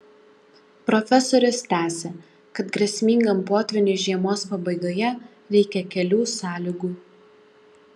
profesorius tęsia kad grėsmingam potvyniui žiemos pabaigoje reikia kelių sąlygų